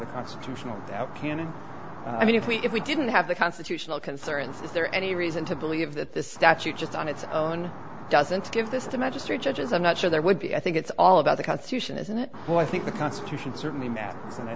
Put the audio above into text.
the constitutional doubt can and i mean if we if we didn't have the constitutional concerns is there any reason to believe that the statute just on its own doesn't give this to magistrate judges i'm not sure there would be i think it's all about the constitution isn't it oh i think the constitution certainly matter and i